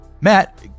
Matt